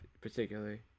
particularly